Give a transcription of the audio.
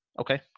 okay